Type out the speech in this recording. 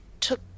took